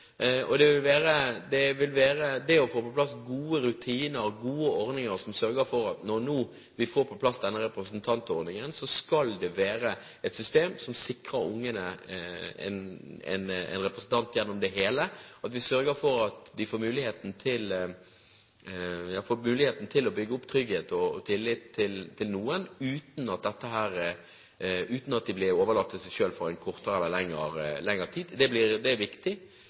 å få på plass gode rutiner og gode ordninger for denne representantordningen, får vi et system som sikrer barna en representant gjennom det hele. Vi må sørge for at de får mulighet til å bygge opp trygghet og tillit til noen uten at de blir overlatt til seg selv for kortere eller lengre tid. Det er viktig. Det